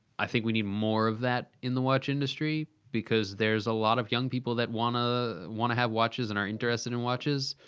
i think we need more of that in the watch industry. because there's a lot of young people that want to want to have watches, and are interested in watches,